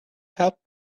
helped